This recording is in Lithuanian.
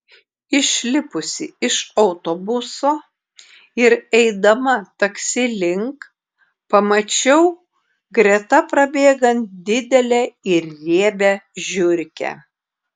išlipusi iš autobuso ir eidama taksi link pamačiau greta prabėgant didelę ir riebią žiurkę